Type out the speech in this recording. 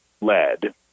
led